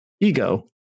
Ego